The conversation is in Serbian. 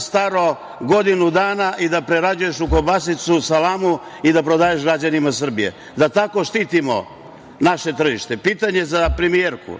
staro godinu dana i da prerađuješ u kobasicu, salamu i da prodaješ građanima Srbije, da tako štitimo naše tržište. Pitanje za premijerku